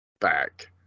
back